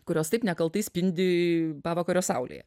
kurios taip nekaltai spindi pavakario saulėje